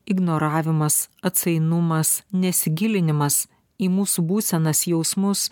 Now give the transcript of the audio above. ignoravimas atsainumas nesigilinimas į mūsų būsenas jausmus